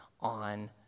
on